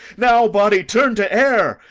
now, body, turn to air,